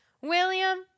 William